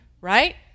right